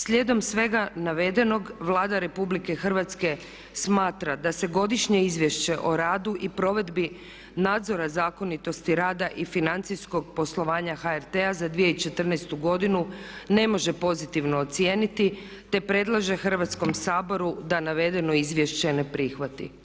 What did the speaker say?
Slijedom svega navedenog Vlada Republike Hrvatske smatra da se Godišnje izvješće o radu i provedbi nadzora zakonitosti rada i financijskoj poslovanja HRT-a za 2014. godinu ne može pozitivno ocijeniti, te predlaže Hrvatskom saboru da navedeno izvješće ne prihvati.